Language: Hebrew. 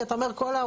כי אתה אומר כל,